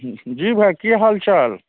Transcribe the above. जी भाइ कि हालचाल